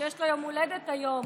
שיש לו יום הולדת היום,